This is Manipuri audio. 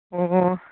ꯑꯣ